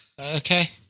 Okay